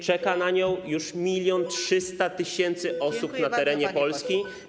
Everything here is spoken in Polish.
Czeka na nią już 1300 tys. osób na terenie Polski.